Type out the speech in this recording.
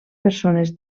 persones